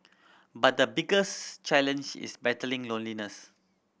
but the biggest challenge is battling loneliness